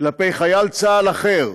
כלפי חייל צה"ל אחר